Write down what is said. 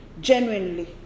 genuinely